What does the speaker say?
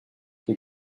que